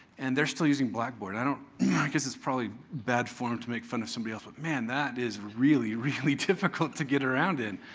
and they're still using blackboard. i yeah guess it's probably bad form to make fun of somebody else, but man, that is really, really difficult to get around in.